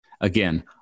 Again